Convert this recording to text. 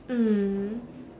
mm